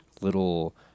little